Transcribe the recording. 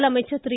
முதலமைச்சர் திரு